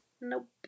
Nope